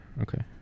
Okay